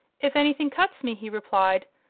if anything cuts me, he replied,